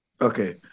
Okay